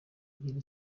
ugira